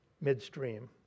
midstream